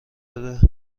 بده